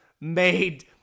made